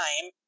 time